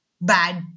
bad